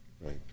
Right